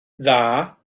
dda